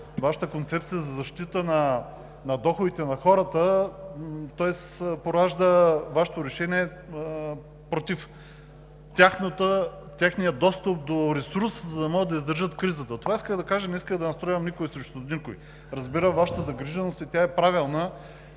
Вашата концепция за защита на доходите на хората, Вашето решение е против техния достъп до ресурс, за да могат да издържат кризата. Това исках да кажа. Не исках да настройвам никой срещу никого. Разбирам Вашата загриженост и тя е правилна.